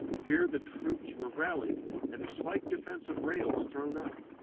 here the troops were rallied and a slight defence of rails thrown up.